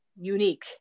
unique